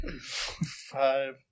five